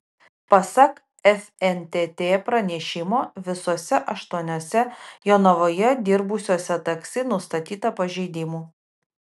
pasak fntt pranešimo visuose aštuoniuose jonavoje dirbusiuose taksi nustatyta pažeidimų